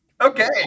Okay